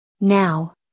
Now